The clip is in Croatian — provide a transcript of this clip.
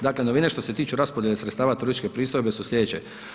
Dakle, novina je što se tiču raspodjele sredstava turističke pristojbe su slijedeće.